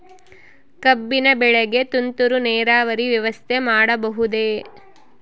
ಕಬ್ಬಿನ ಬೆಳೆಗೆ ತುಂತುರು ನೇರಾವರಿ ವ್ಯವಸ್ಥೆ ಮಾಡಬಹುದೇ?